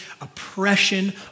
oppression